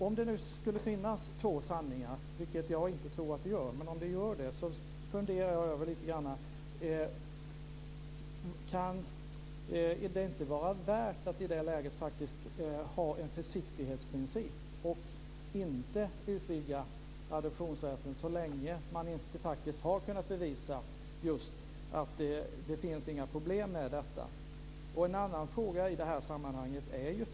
Om det skulle finnas två sanningar, vilket jag inte tror att det gör, funderar jag på om det inte kan vara värt att tillämpa en försiktighetsprincip i det sammanhanget och inte utvidga adoptionsrätten så länge man inte har kunnat bevisa att det inte finns några problem med detta. Jag har en annan fråga i det här sammanhanget.